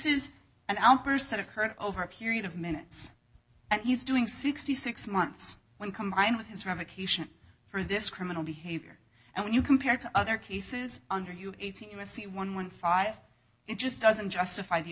is an outburst that occurred over a period of minutes and he's doing sixty six months when combined with his revocation for this criminal behavior and when you compare to other cases under you eighteen u s c one hundred and fifteen it just doesn't justify the